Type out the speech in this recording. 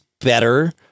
better